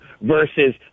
versus